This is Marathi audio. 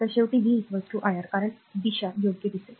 तर शेवटी v होईल iR कारण दिशा योग्य दिसेल